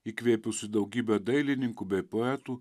įkvėpusi daugybę dailininkų bei poetų